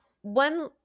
one